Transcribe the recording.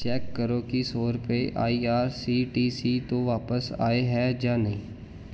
check ਕਰੋ ਕੀ ਸੌ ਰੁਪਏ I R C T C ਤੋਂ ਵਾਪਸ ਆਏ ਹੈ ਜਾਂ ਨਹੀਂ